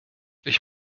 ich